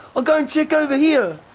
i'll go and check over here.